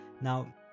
Now